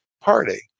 party